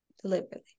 deliberately